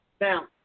Now